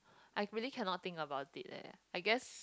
I really cannot think about it leh